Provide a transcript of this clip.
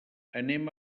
anem